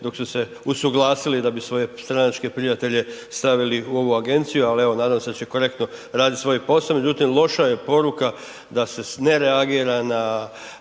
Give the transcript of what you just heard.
dok su se usuglasili da bi svoje stranačke prijatelje stavili u ovu agenciju, ali evo nadam se da će korektno radit svoj posao.